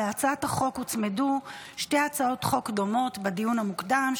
להצעת החוק הוצמדו שתי הצעות חוק דומות בדיון המוקדם,